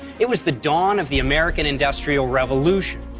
it was the dawn of the american industrial revolution,